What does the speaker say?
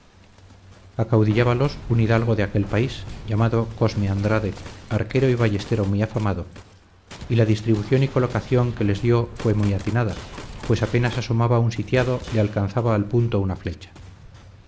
gran puntería acaudillábalos un hidalgo de aquel país llamado cosme andrade arquero y ballestero muy afamado y la distribución y colocación que les dio fue muy atinada pues apenas asomaba un sitiado le alcanzaba al punto una flecha